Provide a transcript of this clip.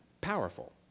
powerful